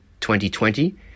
2020